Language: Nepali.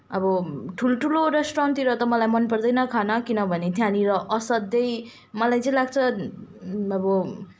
अब ठुल्ठुलो रेस्टुरेन्टतिर त मलाई मनपर्दैन खाना किनभने त्यहाँनिर असाध्यै मलाई चाहिँ लाग्छ अब